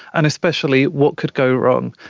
and especially what could go wrong?